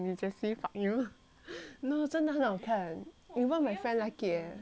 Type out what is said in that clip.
no 真的很好看 even my friend like it eh